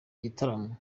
gitaramo